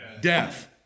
death